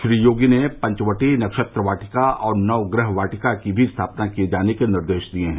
श्री योगी ने पंचवटी नक्षत्र वाटिका और नवगृह वाटिका की भी स्थापना किये जाने के निर्देश दिये हैं